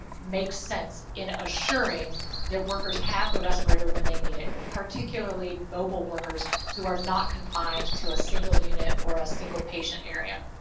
um makes sense in assuring that workers have the respirator when they need it, particularly mobile workers who are not confined to a single unit or a single patient area.